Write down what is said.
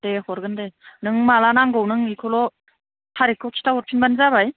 दे हरगोन दे नों माब्ला नांगौ नों बेखौल' थारिखखौ खिथा हरफिनबानो जाबाय